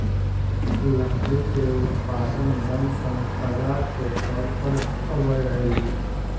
लकड़ी के उत्पादन वन सम्पदा के तौर पर होवऽ हई